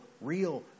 real